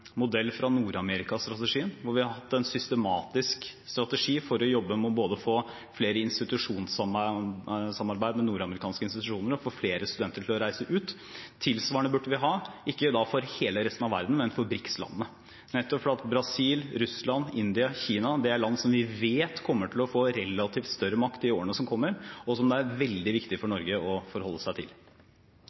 modell av Nord-Amerika-strategien, hvor vi har hatt en systematisk strategi for å jobbe med både å få mer institusjonssamarbeid med nordamerikanske institusjoner og å få flere studenter til å reise ut. Tilsvarende burde vi ha, ikke for hele resten av verden, men for BRIKS-landene, nettopp fordi Brasil, Russland, India og Kina er land som vi vet kommer til å få relativt større makt i årene som kommer, og som er veldig viktig for Norge å forholde seg til.